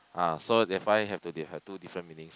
ah so define have to they have two different meanings